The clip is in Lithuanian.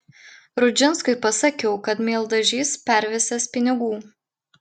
rudžinskui pasakiau kad mieldažys pervesiąs pinigų